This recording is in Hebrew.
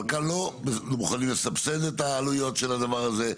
אבל גם לא מוכנים לסבסד את העלויות של הדבר הזה,